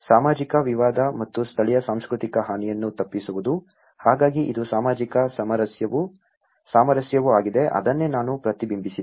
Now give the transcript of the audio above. ಸಾಮಾಜಿಕ ವಿವಾದ ಮತ್ತು ಸ್ಥಳೀಯ ಸಂಸ್ಕೃತಿಗೆ ಹಾನಿಯನ್ನು ತಪ್ಪಿಸುವುದು ಹಾಗಾಗಿ ಇದು ಸಾಮಾಜಿಕ ಸಾಮರಸ್ಯವೂ ಆಗಿದೆ ಅದನ್ನೇ ನಾನು ಪ್ರತಿಬಿಂಬಿಸಿದೆ